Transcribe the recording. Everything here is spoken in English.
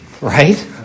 right